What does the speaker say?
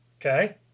Okay